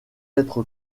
être